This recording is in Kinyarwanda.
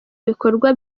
ibikorwa